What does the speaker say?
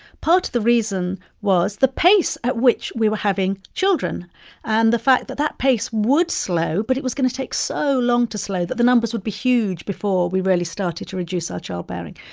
part of the reason was the pace at which we were having children and the fact that that pace would slow but it was going to take so long to slow that the numbers would be huge before we really started to reduce our childbearing.